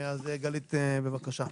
גלית, בבקשה.